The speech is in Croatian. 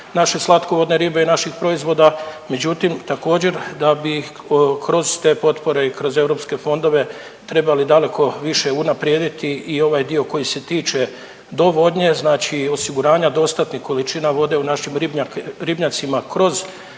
naše slatkovodne ribe i naših proizvoda, međutim, također, da bi kroz te potpore i kroz europske fondove trebale daleko više unaprijediti i ovaj dio koji se tiče dovodnje, znači osiguranja dostatnih količina vode u našim ribnjacima kroz